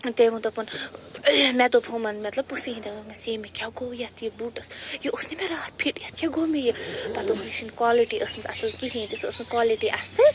ٲں تٔمی ووٚن دوٚپُن مےٚ دوٚپ ہُمَن مطلب پوپھی ہنٛدیٚن ووٚن مےٚ دوپمَس ہے مےٚ کیٛاہ گوٚو ییٚتھ یہِ بوٗٹَس یہِ اوس نٔے مےٚ راتھ فِٹ ییٚتھ کیٛاہ گوٚو مےٚ یہِ پتہٕ دوٚپُکھ یہِ چھَنہٕ کوالٹی ٲسمٕژ اصٕل کِہیٖنۍ تہِ سۄ ٲس نہٕ کوالٹی اصٕل